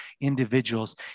individuals